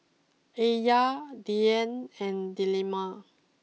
Alya Dian and Delima